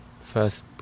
first